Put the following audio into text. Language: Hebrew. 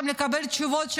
ושצריך שם לקבל תשובות,